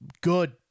good